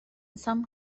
some